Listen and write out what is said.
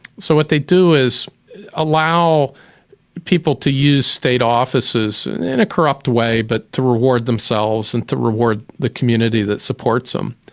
so what they do is allow people to use state offices in a corrupt way, but to reward themselves and to reward the community that supports them.